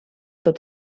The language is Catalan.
tot